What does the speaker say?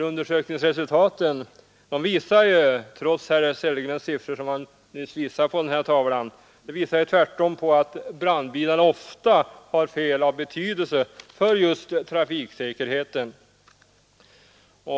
Undersökningsresultaten visar — till skillnad från de siffror som herr Sellgren redogjorde för — tvärtom att brandbilarna ofta har fel av betydelse för just trafiksäkerheten.